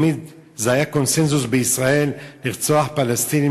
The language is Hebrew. זה היה קונסנזוס בישראל לרצוח פלסטינים,